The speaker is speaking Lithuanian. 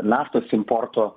naftos importo